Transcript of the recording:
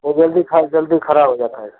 वो जल्दी खा जल्दी खाराब हो जाता है